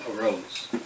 arose